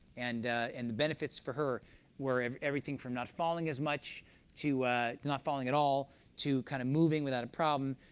and and the benefits for her were everything from not falling is much to not falling at all to kind of moving without a problem.